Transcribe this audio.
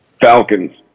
Falcons